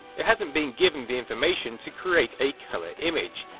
it hasn't been given the information to create a colour image.